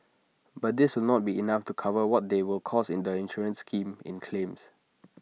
but this will not be enough to cover what they will cost the insurance scheme in claims